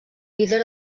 líder